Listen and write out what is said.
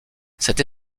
cette